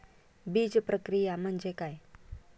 बीजप्रक्रिया म्हणजे काय?